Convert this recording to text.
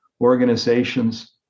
organizations